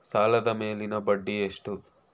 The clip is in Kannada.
ಸಾಲದ ಮೇಲಿನ ಬಡ್ಡಿ ಎಷ್ಟು?